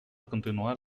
continuar